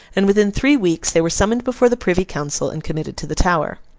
and within three weeks they were summoned before the privy council, and committed to the tower.